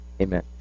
Amen